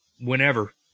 whenever